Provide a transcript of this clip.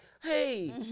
hey